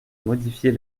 modifier